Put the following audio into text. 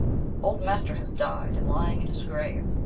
old master has died, and lying in his grave,